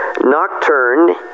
Nocturne